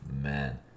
man